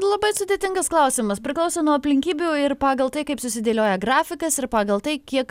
labai sudėtingas klausimas priklauso nuo aplinkybių ir pagal tai kaip susidėlioja grafikas ir pagal tai kiek